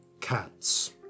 cats